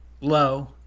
low